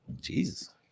jesus